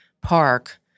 park